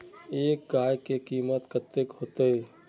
एक गाय के कीमत कते होते?